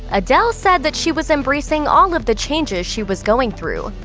adele said that she was embracing all of the changes she was going through.